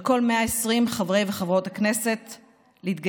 על כל 120 חברי וחברות הבית הזה להתגייס